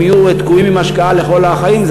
הם יהיו תקועים עם ההשקעה לכל החיים.